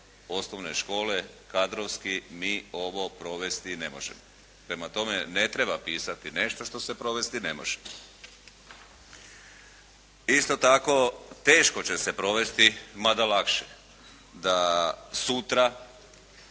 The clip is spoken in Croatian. osnovne škole kadrovski mi ovo provesti ne možemo. Prema tome, ne treba pisati nešto što se provesti ne može. Isto tako, teško će se provesti mada lakše, da sutra